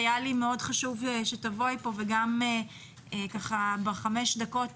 היה לי מאוד חשוב שתבואי לכאן ובחמש דקות